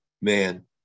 man